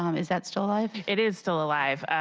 um is that still alive? it is still alive.